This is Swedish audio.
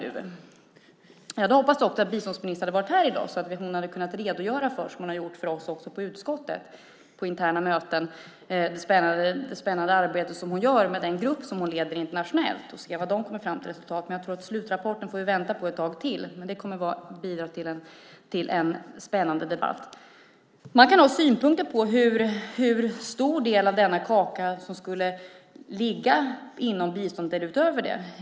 Jag hade hoppats att biståndsministern skulle vara här i dag så att hon hade kunnat redogöra för det spännande arbetet med den grupp som hon leder internationellt. Det har hon redogjort för på interna möten hos oss i utskottet. Det ska bli spännande att se vilket resultat de kommer fram till. Jag tror att vi får vänta på slutrapporten ett tag till. Det kommer att bidra till en spännande debatt. Man kan ha synpunkter på hur stor del av kakan som ska ligga inom eller utöver biståndet.